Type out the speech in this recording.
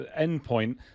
endpoint